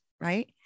Right